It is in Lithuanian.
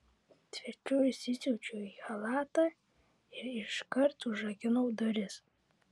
tvirčiau įsisiaučiau į chalatą ir iškart užrakinau duris